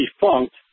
defunct